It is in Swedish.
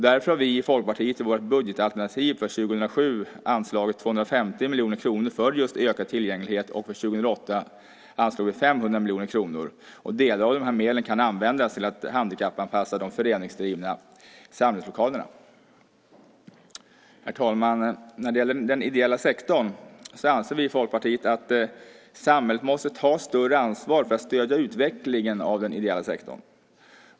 Därför har vi i Folkpartiet i vårt budgetalternativ för 2007 anslagit 250 miljoner kronor för just ökad tillgänglighet. För 2008 har vi anslagit 500 miljoner kronor. Delar av medlen kan användas till att handikappanpassa de föreningsdrivna samlingslokalerna. Herr talman! När det gäller den ideella sektorn anser vi i Folkpartiet att samhället måste ta ett större ansvar för att stödja utvecklingen av den.